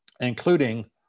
including